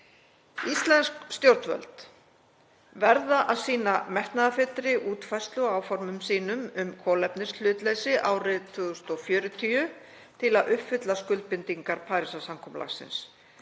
Íslensk stjórnvöld verða að sýna metnaðarfyllri útfærslu á áformum sínum um kolefnishlutleysi árið 2040 til að uppfylla skuldbindingar Parísarsamkomulagsins,